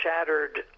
shattered